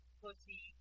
pussy